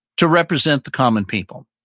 to represent the common people.